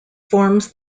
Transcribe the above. forms